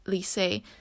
say